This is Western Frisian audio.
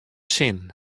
sin